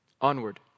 onward